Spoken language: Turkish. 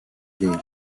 değil